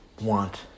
want